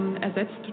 Ersetzt